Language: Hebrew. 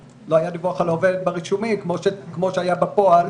כמו שהיה בפועל,